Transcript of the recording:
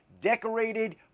decorated